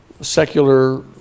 secular